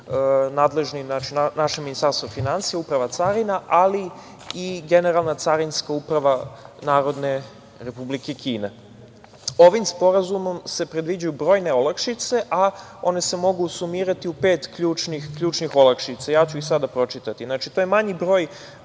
nadležni naše Ministarstvo finansija, Uprava carina, ali i Generalna carinska uprava Narodne Republike Kine. Ovim sporazumom se predviđaju brojne olakšice, a one se mogu sumirati u pet ključnih olakšica. Ja ću ih sada pročitati. Znači, to je manji broj